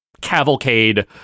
cavalcade